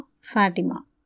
Fatima